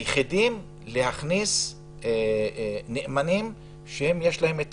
ביחידים להכניס נאמנים שאם יש להם את